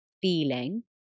feeling